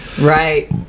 Right